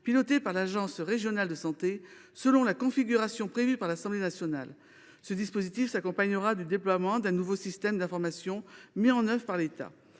pilotée par l’agence régionale de santé, selon la configuration prévue par l’Assemblée nationale. Ce dispositif s’accompagnera du déploiement d’un nouveau système d’information mis en œuvre par l’État.